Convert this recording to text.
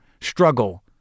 struggle